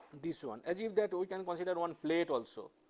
this one. assume that we can consider one plate also,